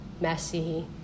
messy